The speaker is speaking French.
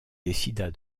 décida